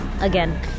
again